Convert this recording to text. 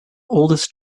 oldest